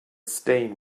stain